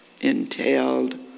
entailed